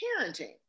parenting